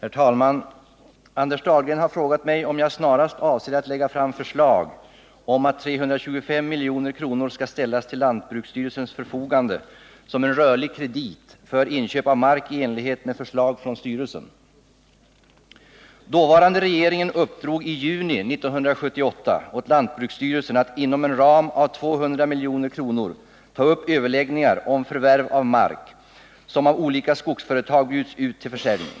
Regeringen uppdrog den 8 juni 1978 åt lantbruksstyrelsen att ta upp överläggningar om förvärv av mark som av olika skogsföretag utbjuds till försäljning.